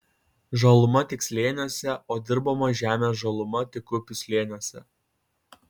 žaluma tik slėniuose o dirbamos žemės žaluma tik upių slėniuose